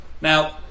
Now